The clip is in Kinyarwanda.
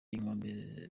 inkombe